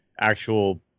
actual